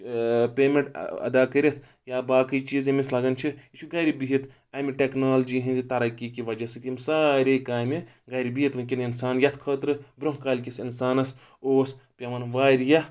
payment اَدا کٔرِتھ یا باقٕے چیٖز ییٚمِس لگن چھِ یہِ چھُ گرِ بِہِتھ اَمہِ ٹیکنالجی ہِنٛدِ ترقی کہِ وجہ سۭتۍ یِم سارے کامہِ گَرِ بِہِتھ وٕنکیٚن اِنسان یَتھ خٲطرٕ برونٛہہ کالہِ کِس اِنسانَس اوس پیٚوَن واریاہ